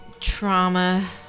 Trauma